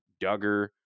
Duggar